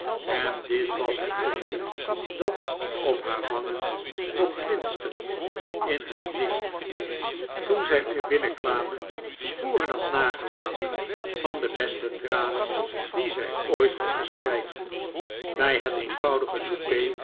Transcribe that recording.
en dit was het gevoel dat op haar wangen vroolijkheid en verdriet nog glinsterend in net licht toen zij weer binnenkwamen sporen had nagelaten van de beste tranen die zij ooit had geschreid bij het eenvoudige souper